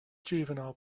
juvenile